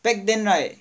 back then right